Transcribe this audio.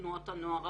תנועות הנוער,